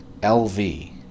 LV